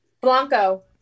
Blanco